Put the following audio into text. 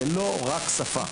זאת לא רק שפה.